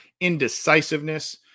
indecisiveness